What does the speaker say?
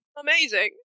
Amazing